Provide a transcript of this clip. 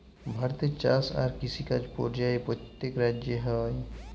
ভারতে চাষ আর কিষিকাজ পর্যায়ে প্যত্তেক রাজ্যে হ্যয়